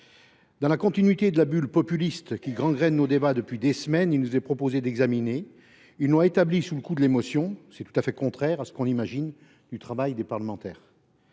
dans la continuité de la bulle populiste qui gangrène nos débats depuis des semaines, il nous est proposé d’examiner une loi établie sous le coup de l’émotion. C’est tout à fait contraire à ce que l’on attend du travail des parlementaires